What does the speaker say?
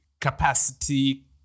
capacity